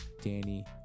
Danny